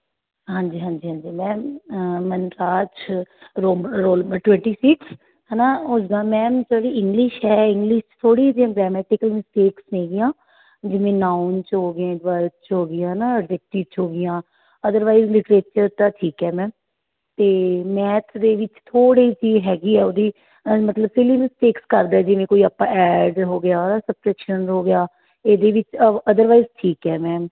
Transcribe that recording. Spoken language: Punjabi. ਹਾਂਜੀ ਹਾਂਜੀ ਹਾਂਜੀ ਮੈਮ ਮਨਰਾਜ ਰੋਮ ਰੋਲ ਨੰਬਰ ਟਵੈਂਟੀ ਸਿਕਸ ਹੈ ਨਾ ਉਸਦਾ ਮੈਮ ਜਿਹੜੀ ਇੰਗਲਿਸ਼ ਹੈ ਇੰਗਲਿਸ਼ ਥੋੜ੍ਹੀ ਜੀ ਗ੍ਰੈਮੈਟੀਕਲ ਮਿਸਟੇਕਸ ਨੇ ਹੈਗੀਆਂ ਜਿਵੇਂ ਨਾਊਨ 'ਚ ਹੋਗੀਆਂ ਐਡਵਰਵ 'ਚ ਹੋਗੀਆਂ ਹੈ ਨਾ 'ਚ ਹੋਗੀਆਂ ਅਦਰਵਾਈਜ਼ ਲਿਟਰੇਚਰ ਤਾਂ ਠੀਕ ਹੈ ਮੈਮ ਅਤੇ ਮੈਥ ਦੇ ਵਿੱਚ ਥੋੜ੍ਹੀ ਜੀ ਹੈਗੀ ਆ ਉਹਦੀ ਮਤਲਬ ਸਿਲੀ ਮਿਸਟੇਕਸ ਕਰਦਾ ਜਿਵੇਂ ਕੋਈ ਆਪਾਂ ਐਡ ਹੋ ਗਿਆ ਸਬਸਕ੍ਰਿਪਸ਼ਨ ਹੋ ਗਿਆ ਇਹਦੇ ਵਿੱਚ ਅਦਰਵਾਈਜ ਠੀਕ ਹੈ ਮੈਮ